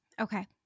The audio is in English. Okay